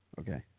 Okay